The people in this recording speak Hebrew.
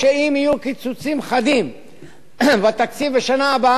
יהיו קיצוצים חדים בתקציב בשנה הבאה,